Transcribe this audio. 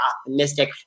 optimistic